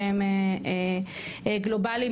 שהם גלובליים,